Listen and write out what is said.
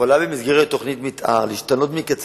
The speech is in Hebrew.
זו הזדמנות מצוינת בשנת הפריפריה להקים את קבינט